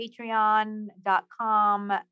patreon.com